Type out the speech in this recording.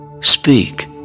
speak